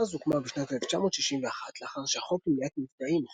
מלר"ז הוקמה בשנת 1961 לאחר שהחוק למניעת מפגעים,